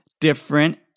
different